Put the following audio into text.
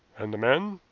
and the man?